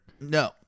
No